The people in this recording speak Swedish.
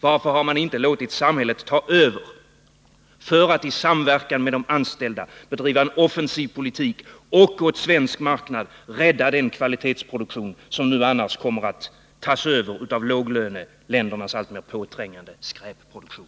Varför har man inte låtit samhället ta över för att i samverkan med de anställda driva en offensiv politik och åt svensk marknad rädda den kvalitetsproduktion som nu annars kommer att tas över av låglöneländernas alltmer påträngande skräpproduktion?